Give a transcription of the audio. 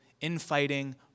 infighting